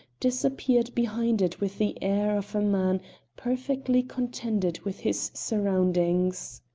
disappeared behind it with the air of a man perfectly contented with his surroundings.